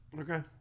Okay